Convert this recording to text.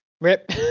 Rip